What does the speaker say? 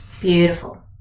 beautiful